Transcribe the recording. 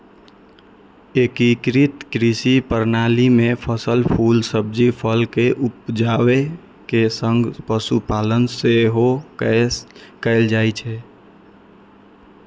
एकीकृत कृषि प्रणाली मे फसल, फूल, सब्जी, फल के उपजाबै के संग पशुपालन सेहो कैल जाइ छै